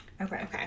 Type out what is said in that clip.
Okay